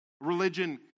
Religion